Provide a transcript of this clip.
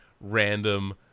random